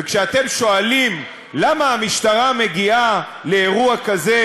וכשאתם שואלים למה המשטרה מגיעה לאירוע כזה